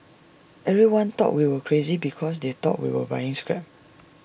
everyone thought we were crazy because they thought we were buying scrap